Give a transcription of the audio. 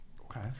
Okay